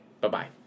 Bye-bye